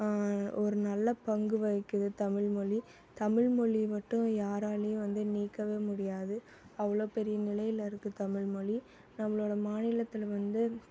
ஒரு நல்ல பங்கு வகிக்கிறது தமிழ்மொழி தமிழ்மொழி மட்டும் யாராலேயும் வந்து நீக்கவே முடியாது அவ்வளோ பெரிய நிலையில இருக்குது தமிழ்மொழி நம்மளோடய மாநிலத்தில் வந்து